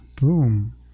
Boom